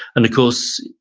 and of course,